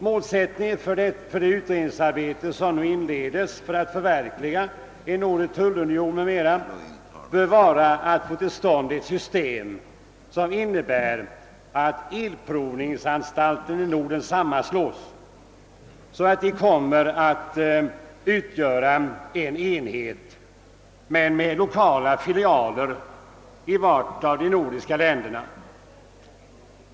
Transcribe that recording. Målsättningen för det utredningsarbete, som nu inleds för att förverkliga en nordisk tullunion m.m., bör bl.a. vara att få till stånd ett system som innebär att elprovningsanstalterna i Norden sammanslås, så att de kommer att utgöra en enhet men med lokala filialer i ettvart av de nordiska länderna.